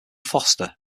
forster